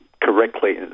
correctly